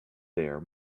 there